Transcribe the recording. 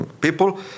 People